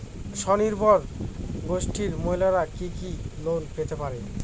স্বনির্ভর গোষ্ঠীর মহিলারা কি কি ঋণ পেতে পারে?